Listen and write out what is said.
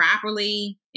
properly